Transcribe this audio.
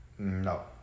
No